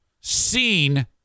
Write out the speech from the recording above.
seen